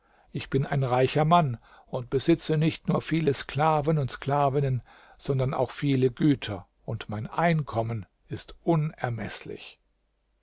ich bin ein reicher mann und besitze nicht nur viele sklaven und sklavinnen sondern auch viele güter und mein einkommen ist unermeßlich